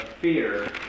fear